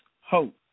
hope